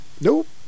Nope